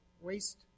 waste